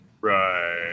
Right